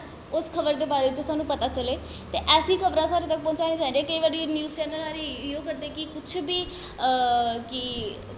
उस खबर दे बारे च सानूं पता चले ते ऐसी खबरां साढ़े तक पहुंचानी चाही दियां केईं बारी न्यूज चैन्नल आह्ले इयो करदे कि कुछ बी कि